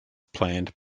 planned